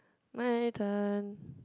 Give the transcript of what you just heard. my turn